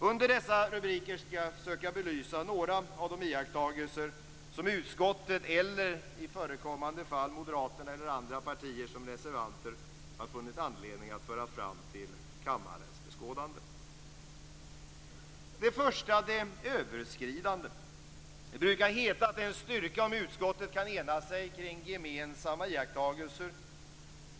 Under dessa rubriker skall jag försöka belysa några av de iakttagelser som utskottet eller i förekommande fall moderaterna eller andra partier som reservanter har funnit anledning att föra fram till kammarens beskådande. Först det överskridande. Det brukar heta att det är en styrka om utskottet kan ena sig kring gemensamma iakttagelser.